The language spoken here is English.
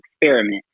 experiment